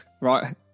right